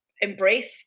embrace